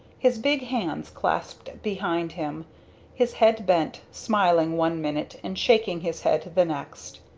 his big hands clasped behind him his head bent, smiling one minute and shaking his head the next.